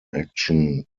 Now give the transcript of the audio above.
action